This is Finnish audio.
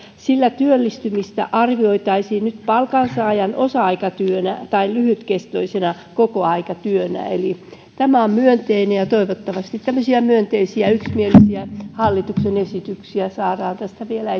sillä työllistymistä arvioitaisiin nyt palkansaajan osa aikatyönä tai lyhytkestoisena kokoaikatyönä eli tämä on myönteinen ja ja toivottavasti tämmöisiä myönteisiä yksimielisiä hallituksen esityksiä saadaan tästä vielä